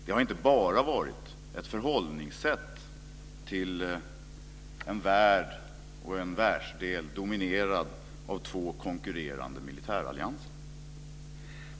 Den har inte bara varit ett förhållningssätt till en värld och en världsdel dominerad av två konkurrerande militärallianser.